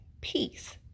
peace